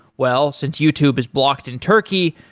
well, since youtube is blocked in turkey,